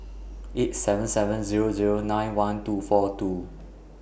eight seven seven Zero Zero nine one two four two